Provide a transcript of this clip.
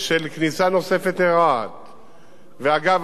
ואגב, עבודות שדרוג נעשות לצומת היום